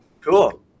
cool